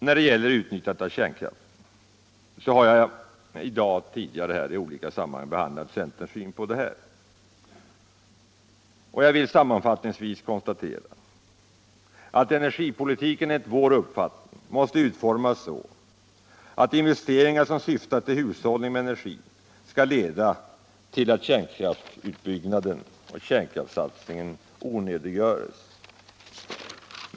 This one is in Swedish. När det gäller utnyttjandet av kärnkraften har jag tidigare i mitt anförande behandlat centerns syn på saken. Jag vill sammanfattningsvis konstatera att energipolitiken enligt vår uppfattning måste ut formas så, att investeringar som syftar till hushållning med energi skall leda till att kärnkraftsutbyggnaden och kärnkraftssatsningen onödiggörs.